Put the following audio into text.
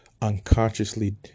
unconsciously